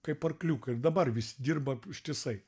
kaip arkliukai ir dabar visi dirba ištisai